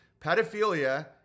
pedophilia